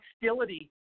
hostility